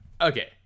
okay